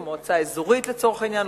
או מועצה אזורית לצורך העניין,